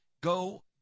go